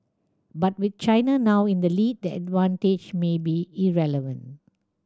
but with China now in the lead the advantage may be irrelevant